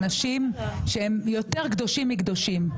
אנשים שהם יותר קדושים מקדושים,